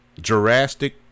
Jurassic